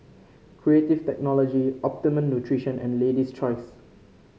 Creative Technology Optimum Nutrition and Lady's Choice